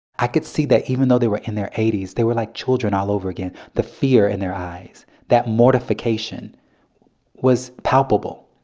i could see that even though they were in their eighty s, they were like children all over again. the fear in their eyes, that mortification was palpable.